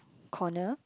corner